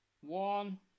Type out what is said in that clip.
one